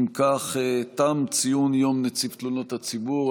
אם כך, תם ציון יום נציב תלונות הציבור.